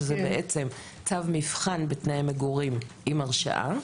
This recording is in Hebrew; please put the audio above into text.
שזה בעצם צו מבחן בתנאי מגורים עם הרשעה.